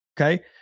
okay